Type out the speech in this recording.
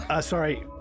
Sorry